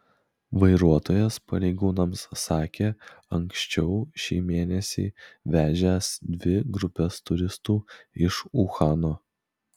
vairuotojas pareigūnams sakė anksčiau šį mėnesį vežęs dvi grupes turistų iš uhano